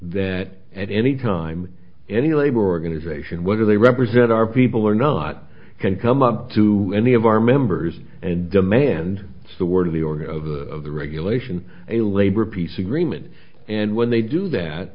that at any time any labor organization whether they represent our people or not can come up to any of our members and demand the word of the order of the regulation a labor peace agreement and when they do that